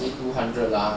I think two hundred lah